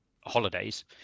holidays